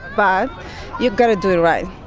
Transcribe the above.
but you've got to do it right.